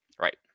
Right